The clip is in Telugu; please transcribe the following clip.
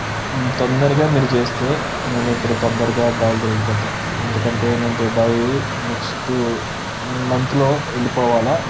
తొందరగా మీరు చేస్తే నేను ఇప్పుడు తొందరగా బయలు దేరి వెళ్లిపోతా ఎందుకంటే నేను దుబాయి నెక్స్టు మంత్లో వెళ్ళిపోవాలి